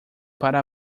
para